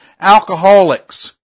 alcoholics